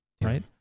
Right